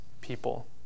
people